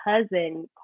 cousin